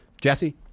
Jesse